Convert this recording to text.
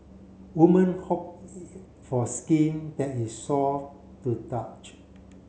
women hope for skin that is soft to touch